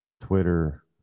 twitter